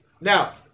Now